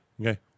Okay